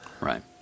Right